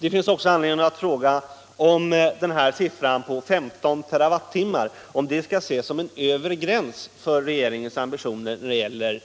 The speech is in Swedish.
Det är också anledning att fråga om siffran 15 TWh skall ses som en övre gräns för regeringens ambitioner när det gäller